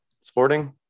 Sporting